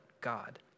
God